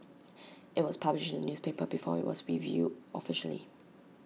IT was published in the newspaper before IT was revealed officially